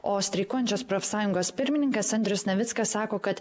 o streikuojančios profsąjungos pirmininkas andrius navickas sako kad